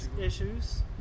issues